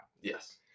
Yes